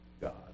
God